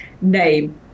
name